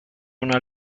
una